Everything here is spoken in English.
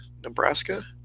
Nebraska